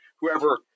whoever